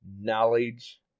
Knowledge